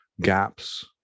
gaps